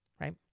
right